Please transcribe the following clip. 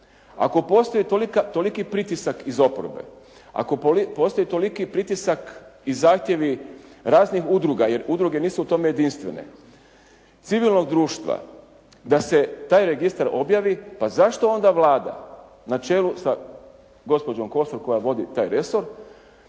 ako postoji toliki pritisak iz oporbe, ako postoji toliki pritisak i zahtjevi raznih udruga, jer udruge nisu u tome jedinstvene civilnog društva, da se taj registar objavi, pa zašto onda Vlada na čelu sa gospođom Kosor koja vodi taj resor,